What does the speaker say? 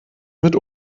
mit